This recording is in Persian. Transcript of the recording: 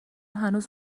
هنوز